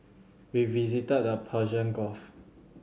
we visited the Persian Gulf